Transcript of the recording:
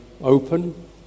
open